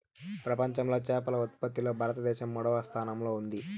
ప్రపంచంలో చేపల ఉత్పత్తిలో భారతదేశం మూడవ స్థానంలో ఉంది